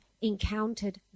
encountered